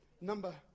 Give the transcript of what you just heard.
Number